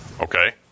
Okay